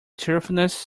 cheerfulness